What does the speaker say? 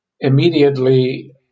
immediately